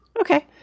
Okay